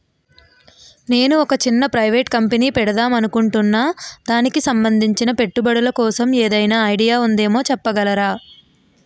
నేను ఒక చిన్న ప్రైవేట్ కంపెనీ పెడదాం అనుకుంటున్నా దానికి సంబందించిన పెట్టుబడులు కోసం ఏదైనా ఐడియా ఉందేమో చెప్పగలరా?